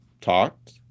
talked